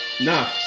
Nah